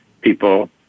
people